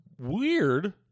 weird